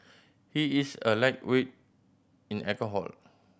he is a lightweight in alcohol